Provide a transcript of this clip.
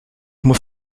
muss